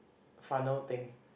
funnel thing